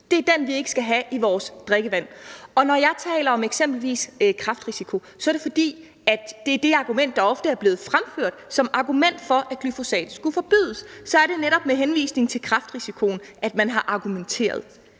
Det er den, vi ikke skal have i vores drikkevand, og når jeg taler om eksempelvis kræftrisiko, er det, fordi det er det argument, der ofte er blevet fremført som argument for, at glyfosat skulle forbydes. Så er det netop med henvisning til kræftrisikoen, man har argumenteret.